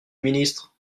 ministre